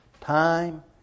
time